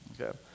Okay